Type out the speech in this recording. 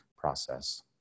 process